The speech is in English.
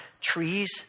trees